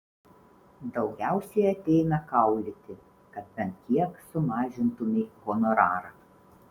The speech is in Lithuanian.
daugiausiai ateina kaulyti kad bent kiek sumažintumei honorarą